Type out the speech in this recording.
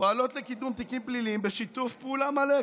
פועלות לקידום תיקים פליליים בשיתוף פעולה מלא,